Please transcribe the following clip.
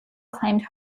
claimed